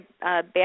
bad